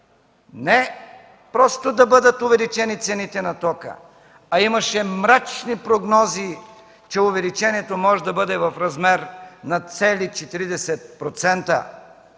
не просто да бъдат увеличени цените на тока, а имаше мрачни прогнози, че увеличението може да бъде в размер на цели 40%.